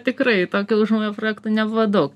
tikrai tokio užmojo projektų nebuvo daug